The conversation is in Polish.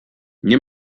nie